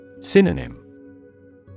Synonym